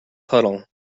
puddle